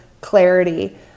clarity